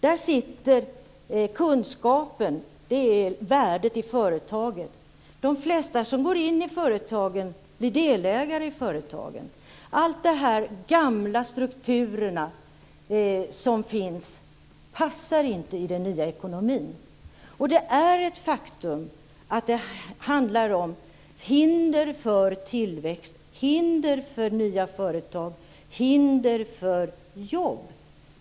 Där är det kunskapen som är värdet i företagen. De flesta som går in i företagen blir delägare där. De gamla strukturer som finns passar inte i den nya ekonomin. Det är ett faktum att det handlar om hinder för tillväxt, om hinder för nya företag och om hinder för jobb.